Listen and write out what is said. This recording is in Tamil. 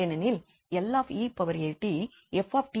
ஏனெனில் 𝐿𝑒𝑎𝑡𝑓𝑡 என்பது 𝐹𝑠 − 𝑎 ஆகும்